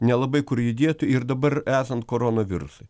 nelabai kur judėti ir dabar esant koronavirusui